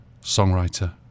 songwriter